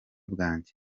bwanjye